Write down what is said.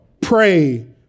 pray